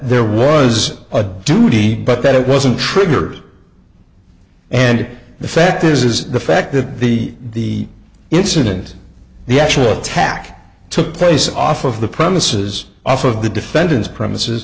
ere was a duty but that it wasn't triggered and the fact is is the fact that the incident the actual attack took place off of the premises off of the defendant's premises